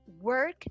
work